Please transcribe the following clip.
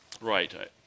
Right